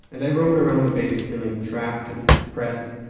and i roamed around the base feeling trapped and depressed.